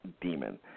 demon